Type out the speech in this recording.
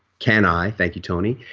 can i, thank you tony.